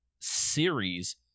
series